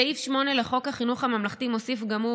סעיף 8 לחוק החינוך הממלכתי מוסיף גם הוא,